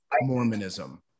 Mormonism